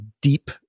deep